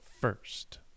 first